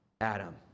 Adam